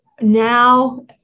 now